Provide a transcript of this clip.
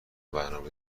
برنامه